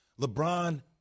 LeBron